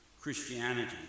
Christianity